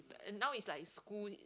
and now is like school